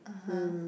(uh huh)